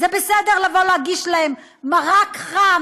זה בסדר לבוא להגיש להם מרק חם